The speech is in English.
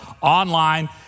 online